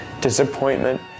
disappointment